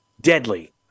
deadly